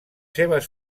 seves